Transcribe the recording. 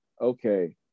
okay